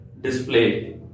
display